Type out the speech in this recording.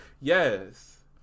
Yes